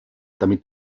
damit